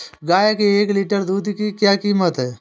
गाय के एक लीटर दूध की क्या कीमत है?